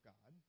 God